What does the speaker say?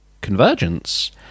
Convergence